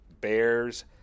bears